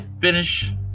finish